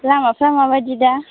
लामाफ्रा माबायदि दा